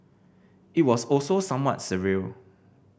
it was also somewhat surreal